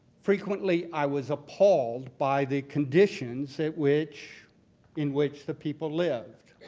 frequently i was appalled by the conditions at which in which the people lived.